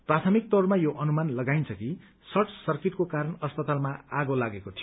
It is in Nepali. प्राथमिक तौरमा यो अनुमान लगाइन्छ कि शर्ट सर्किटको कारण अस्पतालमा आगो लागेको थियो